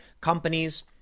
companies